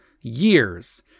years